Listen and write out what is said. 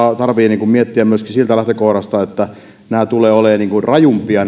tarvitsee miettiä myöskin siitä lähtökohdasta että nämä olosuhteet tulevat olemaan rajumpia